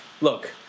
look